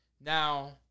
Now